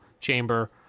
chamber